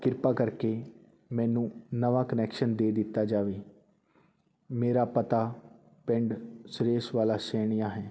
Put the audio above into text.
ਕਿਰਪਾ ਕਰਕੇ ਮੈਨੂੰ ਨਵਾਂ ਕਨੈਕਸ਼ਨ ਦੇ ਦਿੱਤਾ ਜਾਵੇ ਮੇਰਾ ਪਤਾ ਪਿੰਡ ਸੁਰੇਸ਼ ਵਾਲਾ ਸੈਣੀਆ ਹੈ